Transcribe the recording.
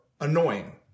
annoying